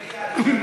כאשר.